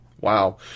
Wow